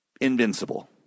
invincible